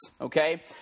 okay